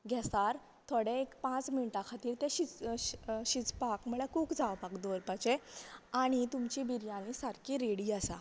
गेसार थोडे एक पांच मिंनटा खातीर ते शिजपाक म्हणल्यार कूक जावपाक दवरपाचे आनी तुमची बिरयानी सारकी रेडि आसा